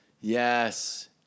Yes